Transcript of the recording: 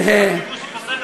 לרשותך.